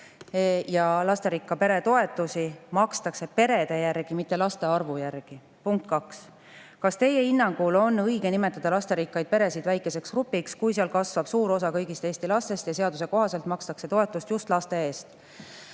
Ja lasterikka pere toetusi makstakse perede järgi, mitte laste arvu järgi. Punkt kaks: "Kas teie hinnangul on õige nimetada lasterikkaid peresid väikeseks grupiks, kui seal kasvab nii suur osa kõigist Eesti lastest ja seaduse kohaselt makstakse toetust just laste eest?"